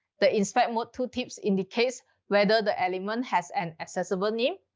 the inspect mode tooltips indicates whether the element has an accessible name,